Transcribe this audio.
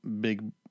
big